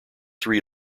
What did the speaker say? three